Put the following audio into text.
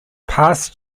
past